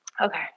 Okay